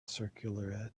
circular